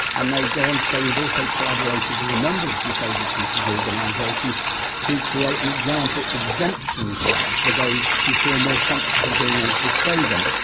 and they go on to say we've also collaborated with a number of disabled people's organisations to create an example exemption card for those who feel more comfortable being able to show them.